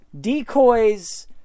Decoys